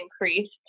increased